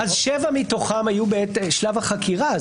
אז שבע מתוכם היו בעת שלב החקירה,